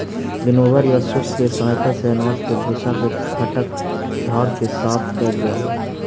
winnower या सूप के सहायता से अनाज के भूसा के फटक झाड़ के साफ कैल जा हई